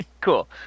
Cool